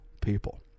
people